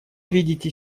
видите